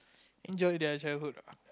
enjoy their childhood ah